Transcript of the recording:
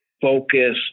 focus